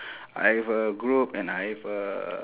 I have a group and I have a